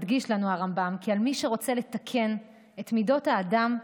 מדגיש לנו הרמב"ם כי מי שרוצה לתקן את מידות האדם,